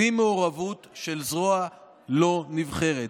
בלי מעורבות של זרוע לא נבחרת,